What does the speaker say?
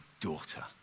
daughter